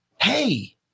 hey